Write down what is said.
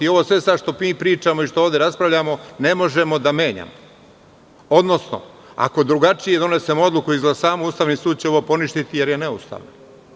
I ovo sve sad što mi pričamo i što ovde raspravljamo ne možemo da menjamo, odnosno ako drugačije donesemo odluku i izglasamo, Ustavni sud će ovo poništiti jer je neustavno.